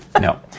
No